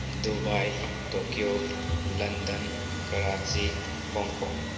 Dubai Tokyo London Karachi Hong Kong